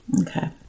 Okay